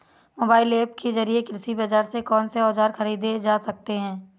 Mobile app के जरिए कृषि बाजार से कौन से औजार ख़रीदे जा सकते हैं?